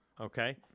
Okay